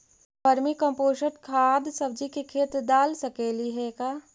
Vermi compost खाद सब्जी के खेत दाल सकली हे का?